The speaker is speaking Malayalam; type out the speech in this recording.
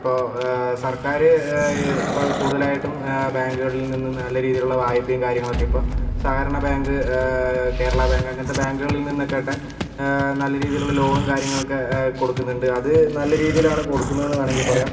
അപ്പോൾ സർക്കാര് ഇപ്പം കൂടുതൽ ആയിട്ടും ബാങ്കുകളിൽനിന്നും നല്ല രീതിയിലുള്ള വായ്പയും കാര്യങ്ങളൊക്കെ ഇപ്പോൾ സഹകരണ ബാങ്ക് കേരള ബാങ്ക് അങ്ങനത്തെ ബാങ്കുകളിൽ നിന്നൊക്കെ ട്ടേ നല്ല രീതിയിലുള്ള ലോണും കാര്യങ്ങളൊക്കെ കൊടുക്കുന്നുണ്ട് അത് നല്ല രീതിയിലാണ് കൊടുക്കുന്നതെന്ന് വേണമെങ്കിൽ പറയാം